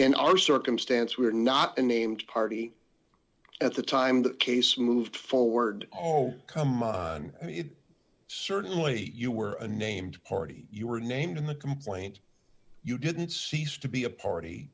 in our circumstance we're not a named party at the time the case moved forward oh come on it certainly you were a named party you were named in the complaint you didn't cease to be a party